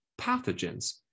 pathogens